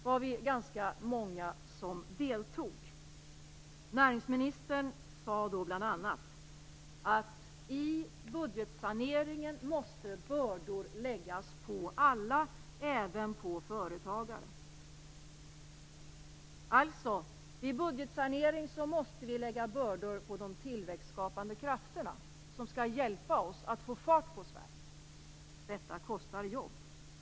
Vi var ganska många som deltog i den. Näringsministern sade då bl.a. att bördor måste läggas på alla i budgetsaneringen, även på företagare. Vid budgetsanering måste vi lägga bördor på de tillväxtskapande krafterna, som skall hjälpa oss att få fart på Sverige. Det kostar jobb.